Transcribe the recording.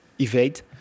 evade